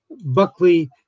Buckley